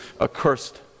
accursed